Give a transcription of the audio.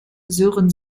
sören